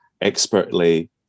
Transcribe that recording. expertly